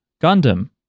Gundam